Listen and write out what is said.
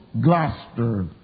Gloucester